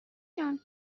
جان